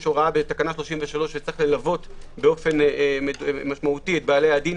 יש הוראה בתקנה 33 שצריך ללוות באופן משמעותי את בעלי הדין,